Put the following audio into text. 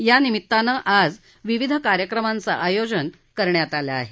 या निमित्तानं आज विविध कार्यक्रमांचं आयोजन करण्यात आलं आहे